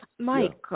Mike